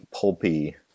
pulpy